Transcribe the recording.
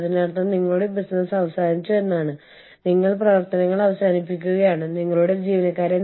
അതിനാൽ നിങ്ങൾക്ക് എക്സ്പ്പാട്രിറ്റസ് ഉണ്ടാകും